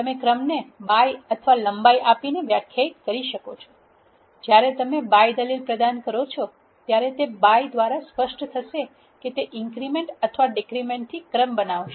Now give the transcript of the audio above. તમે ક્રમને by અથવા લંબાઈ આપીને વ્યાખ્યાયિત કરી શકો છો જ્યારે તમે by દલીલ પ્રદાન કરો છો ત્યારે તે by દ્વારા સ્પષ્ટ થશે કે તે ઇન્ક્રિમેન્ટ અથવા ડિક્રિમન્ટ થી ક્રમ બનાવશે